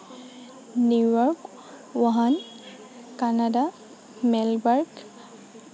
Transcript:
New York ওহান Canada Melbourne